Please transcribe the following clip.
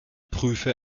prüfte